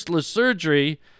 surgery